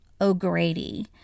O'Grady